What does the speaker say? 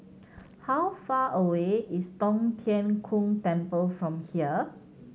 how far away is Tong Tien Kung Temple from here